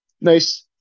nice